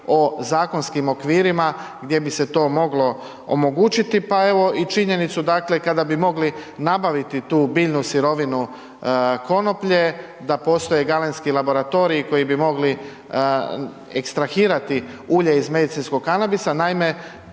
o zakonskim okvirima gdje bi se to moglo omogućiti, pa evo i činjenicu dakle kada bi mogli nabaviti tu biljnu sirovinu konoplje, da postoje galenski laboratoriji koji bi mogli ekstrahirati ulje iz medicinskog kanabisa.